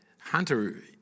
Hunter